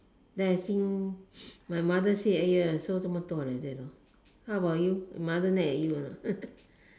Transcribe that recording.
then I see my mother say !aiya! 收这么多 like that how about you your mother nag at you or not